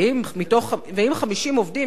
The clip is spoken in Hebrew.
ואם 50 עובדים,